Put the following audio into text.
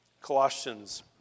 Colossians